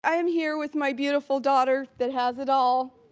i am here with my beautiful daughter that has it all.